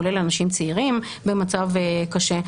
כולל אנשים צעירים במצב קשה,